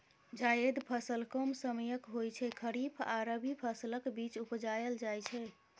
जाएद फसल कम समयक होइ छै खरीफ आ रबी फसलक बीच उपजाएल जाइ छै